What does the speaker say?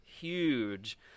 huge